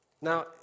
Now